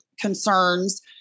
concerns